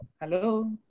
Hello